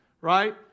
right